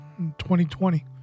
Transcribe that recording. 2020